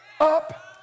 up